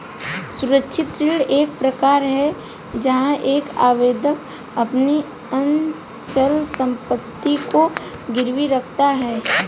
सुरक्षित ऋण एक प्रकार है जहां एक आवेदक अपनी अचल संपत्ति को गिरवी रखता है